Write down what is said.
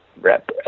rep